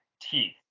teeth